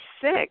six